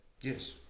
Yes